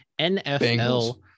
NFL